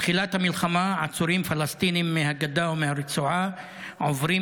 מתחילת המלחמה עצורים פלסטינים מהגדה ומהרצועה עוברים